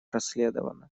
расследована